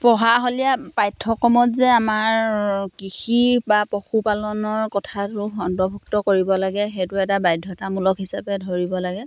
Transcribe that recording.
পঢ়াশলীয়া পাঠ্যক্ৰমত যে আমাৰ কৃষি বা পশুপালনৰ কথাটো অন্তৰ্ভুক্ত কৰিব লাগে সেইটো এটা বাধ্যতামূলক হিচাপে ধৰিব লাগে